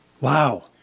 Wow